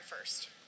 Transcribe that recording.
first